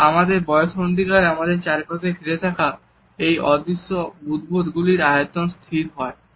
এবং আমাদের বয়সন্ধিকালে আমাদের চারপাশে ঘিরে থাকা এই অদৃশ্য বুদবুদ গুলির আয়তন স্থির হয়